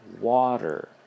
water